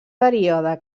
període